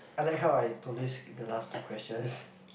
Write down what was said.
I like how I do this keep the last two questions